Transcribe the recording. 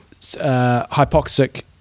hypoxic